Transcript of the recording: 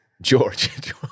george